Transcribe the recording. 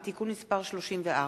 מס' 34)